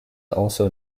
also